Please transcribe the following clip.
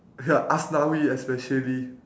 ya aslawi especially